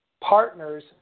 partners